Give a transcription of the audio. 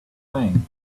thing